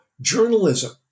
journalism